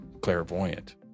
clairvoyant